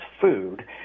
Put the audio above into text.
food